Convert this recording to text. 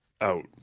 Out